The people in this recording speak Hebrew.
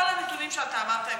כל הנתונים שאמרת,